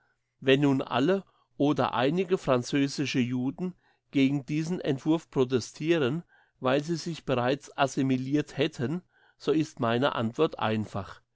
wenn nun alle oder einige französische juden gegen diesen entwurf protestiren weil sie sich bereits assimilirt hätten so ist meine antwort einfach